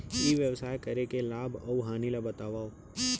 ई व्यवसाय करे के लाभ अऊ हानि ला बतावव?